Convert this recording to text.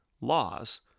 laws